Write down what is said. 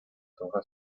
hojas